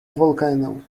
volcano